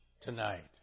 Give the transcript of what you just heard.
tonight